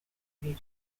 ibiri